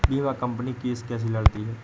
बीमा company case कैसे लड़ती है?